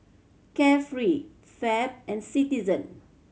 Carefree Fab and Citizen